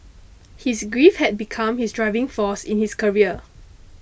his grief had become his driving force in his career